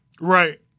Right